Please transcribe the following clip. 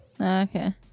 Okay